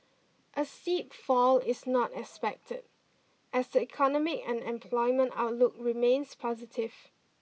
a steep fall is not expected as the economic and employment outlook remains positive